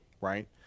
right